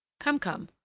come, come,